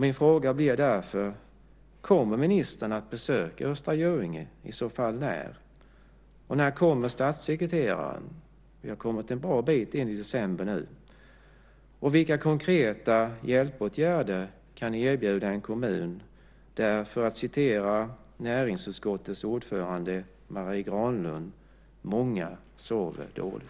Min fråga blir därför: Kommer ministern att besöka Östra Göinge, och i så fall när? När kommer statssekreteraren? Vi har kommit en bra bit in i december nu. Vilka konkreta hjälpåtgärder kan ni erbjuda en kommun där, för att citera näringsutskottets ordförande Marie Granlund, "många sover dåligt"?